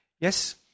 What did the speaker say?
Yes